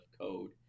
code